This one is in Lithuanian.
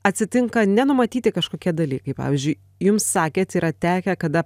atsitinka nenumatyti kažkokie dalykai pavyzdžiui jums sakėt yra tekę kada